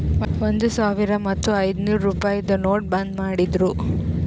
ಒಂದ್ ಸಾವಿರ ಮತ್ತ ಐಯ್ದನೂರ್ ರುಪಾಯಿದು ನೋಟ್ ಬಂದ್ ಮಾಡಿರೂ